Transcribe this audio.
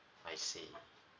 I see